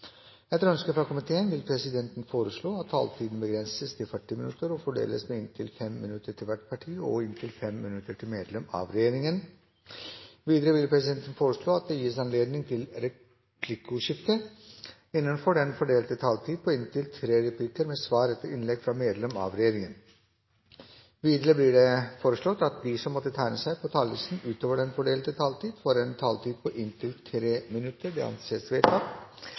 Etter ønske fra næringskomiteen vil presidenten foreslå at taletiden begrenses til 40 minutter og fordeles med inntil 5 minutter til hvert parti og inntil 5 minutter til medlem av regjeringen. Videre vil presidenten foreslå at det gis anledning til replikkordskifte på inntil tre replikker med svar etter innlegg fra medlem av regjeringen innenfor den fordelte taletid. Videre blir det foreslått at de som måtte tegne seg på talerlisten utover den fordelte taletid, får en taletid på inntil 3 minutter. – Det anses vedtatt.